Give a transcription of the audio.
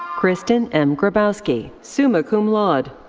kristen m. grabowski, summa cum laude.